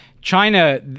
China